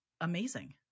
amazing